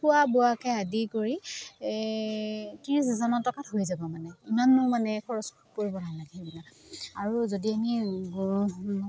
খোৱা বোৱাকে আদি কৰি ত্ৰিছ হাজাৰমান টকাত হৈ যাব মানে ইমানো মানে খৰচ কৰিব নালাগে সেইবিলাক আৰু যদি আমি